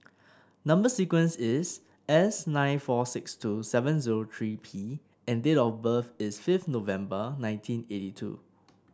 number sequence is S nine four six two seven zero three P and date of birth is fifth November nineteen eighty two